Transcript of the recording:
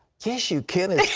yes, you can.